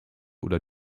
oder